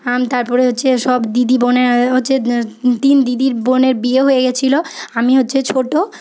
তারপরে হচ্ছে সব দিদি বোনেরা হচ্ছে তিন দিদির বোনের বিয়ে হয়ে গেছিল আমি হচ্ছি ছোট